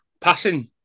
passing